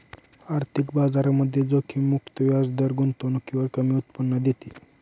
आर्थिक बाजारामध्ये जोखीम मुक्त व्याजदर गुंतवणुकीवर कमी उत्पन्न देते